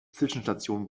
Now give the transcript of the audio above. zwischenstation